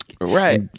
Right